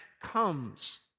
comes